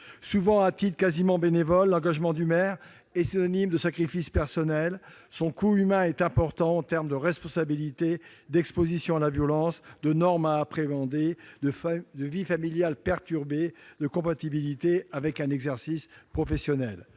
du temps à titre quasiment bénévole, l'engagement du maire est synonyme de sacrifices personnels. Son coût humain est important en termes de responsabilité, d'exposition à la violence, de normes à appréhender, de vie familiale perturbée, de compatibilité avec un exercice professionnel.